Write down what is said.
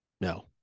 no